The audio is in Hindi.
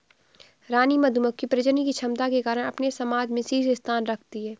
रानी मधुमक्खी प्रजनन की क्षमता के कारण अपने समाज में शीर्ष स्थान रखती है